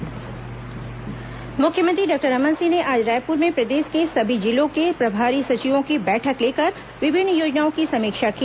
मुख्यमंत्री समीक्षा मुख्यमंत्री डॉक्टर रमन सिंह ने आज रायपुर में प्रदेश के सभी जिलों के प्रभारी सचिवों की बैठक लेकर विभिन्न योजनाओं की समीक्षा की